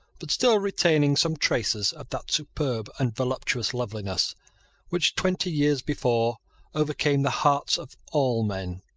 but still retaining some traces of that superb and voluptuous loveliness which twenty years before overcame the hearts of all men.